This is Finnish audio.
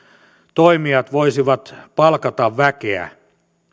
toimijat voisivat palkata väkeä